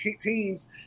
teams